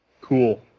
Cool